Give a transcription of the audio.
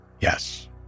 Yes